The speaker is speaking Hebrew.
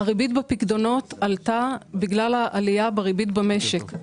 הריבית בפיקדונות עלתה בגלל העלייה בריבית במשק.